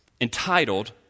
entitled